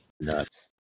Nuts